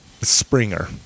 Springer